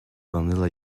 vanilla